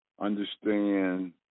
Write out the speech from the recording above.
understand